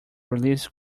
release